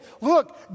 look